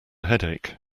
headache